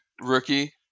Rookie